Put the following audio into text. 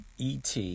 ET